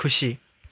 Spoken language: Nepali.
खुसी